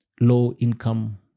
low-income